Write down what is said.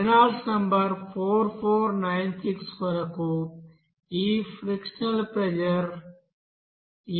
Reynolds number 4496 కొరకు ఈ frictional factor 0